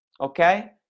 Okay